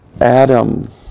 Adam